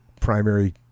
primary